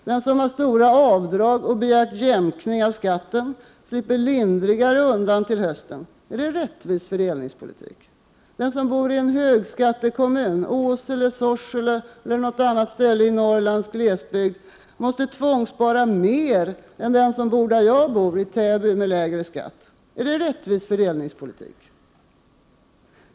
Den som har stora avdrag och begärt jämkning av skatten slipper lindrigare undan till hösten. Är det rättvis fördelningspolitik? Den som bor i en högskattekommun — Åsele, Sorsele eller någon annan i Norrlands glesbygd — måste tvångsspara mer än den som bor i en lågskattekommun, som Täby där jag bor. Är det rättvis fördelningspolitik?